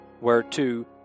whereto